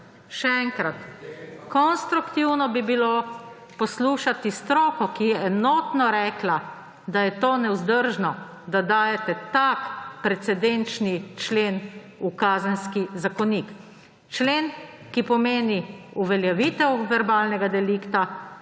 še enkrat. Konstruktivno bi bilo poslušati stroko, ki je enotno rekla, da je nevzdržno, da dajete tak precedenčni člen v Kazenski zakonik. Člen, ki pomeni uveljavitev verbalnega delikta,